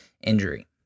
injury